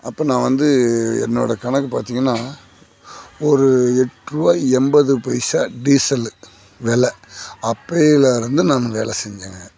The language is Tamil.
அப்போ நான் வந்து என்னோடய கணக்கு பார்த்தீங்கன்னா ஒரு எட்டுருவாய் எண்பது பைசா டீசலு வெல அப்போயிலேருந்து நானு வேலை செஞ்சேங்க